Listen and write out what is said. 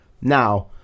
Now